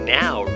now